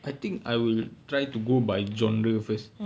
I think I will try to go by genre first